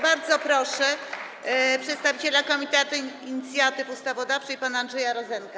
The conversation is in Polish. Bardzo proszę przedstawiciela Komitetu Inicjatywy Ustawodawczej pana Andrzeja Rozenka.